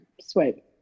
sweet